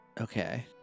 Okay